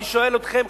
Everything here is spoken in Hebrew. אני שואל אתכם,